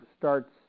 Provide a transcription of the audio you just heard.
starts